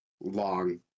long